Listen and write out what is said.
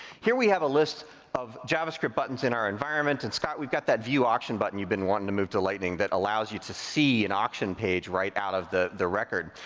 here we have a list of javascript buttons in our environment. and scott, we've got that view auction button you've been wanting to move to lightning, that allows you to see an auction page right out of the the record.